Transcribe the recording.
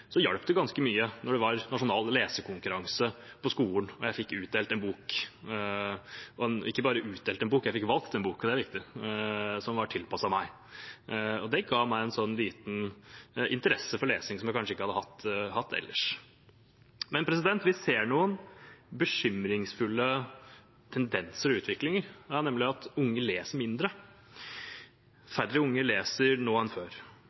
det ganske mye når det var nasjonal lesekonkurranse på skolen, og jeg fikk en bok – ikke bare utdelt en bok, jeg fikk velge en bok, og det er viktig – som var tilpasset meg. Det ga meg en interesse for lesing som jeg kanskje ikke hadde hatt ellers. Men vi ser en bekymringsfull tendens og utvikling, nemlig at unge leser mindre. Færre unger leser nå enn før,